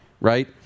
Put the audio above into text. right